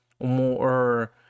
more